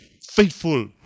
faithful